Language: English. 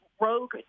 rogue